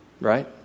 right